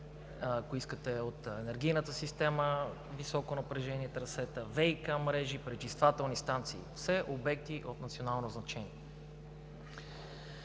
ако искате от енергийната система, високо напрежение трасета, ВиК мрежи, пречиствателни станции – все обекти от национално значение.